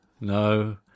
No